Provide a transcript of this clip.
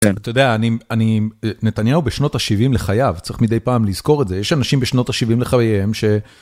אתה יודע, נתניהו בשנות ה-70 לחייו, צריך מדי פעם לזכור את זה, יש אנשים בשנות ה-70 לחייהם ש...